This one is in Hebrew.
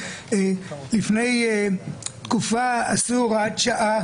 לפני תקופה עשו הוראת שעה,